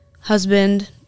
husband